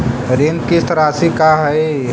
ऋण किस्त रासि का हई?